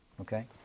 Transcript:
okay